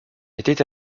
était